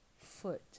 foot